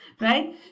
right